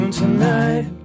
tonight